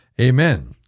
amen